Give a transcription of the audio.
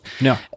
No